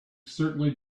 certainly